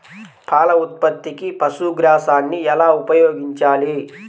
పాల ఉత్పత్తికి పశుగ్రాసాన్ని ఎలా ఉపయోగించాలి?